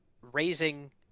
raising